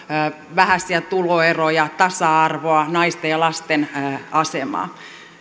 vähäisiä tuloeroja tasa arvoa naisten ja lasten asemaa